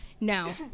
no